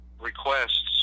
requests